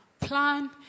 plan